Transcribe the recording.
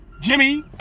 Jimmy